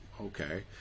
Okay